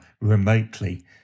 remotely